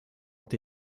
ont